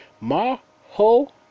ma-ho